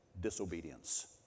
disobedience